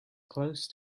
close